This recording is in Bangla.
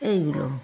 এইগুলো